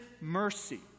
mercy